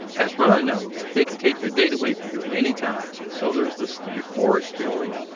as ron knows, they can take your date away from you at any time so, there's this euphoric feeling.